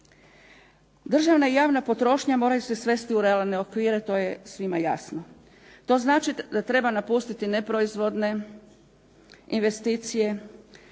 Državna i javna potrošnja moraju se svesti u realne okvire, to je svima jasno. To znači da treba napustiti neproizvodne investicije,